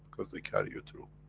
because they carry you through.